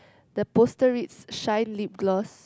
the poster reads shine lip gloss